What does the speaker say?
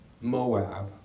Moab